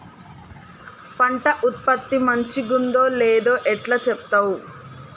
పంట ఉత్పత్తి మంచిగుందో లేదో ఎట్లా చెప్తవ్?